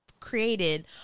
Created